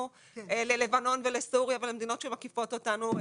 ללבנון ולסוריה ולמדינות שמקיפות אותנו,